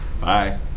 Bye